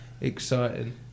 exciting